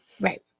Right